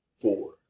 Four